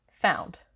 found